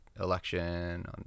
election